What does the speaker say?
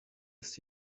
ist